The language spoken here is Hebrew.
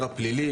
הפלילי,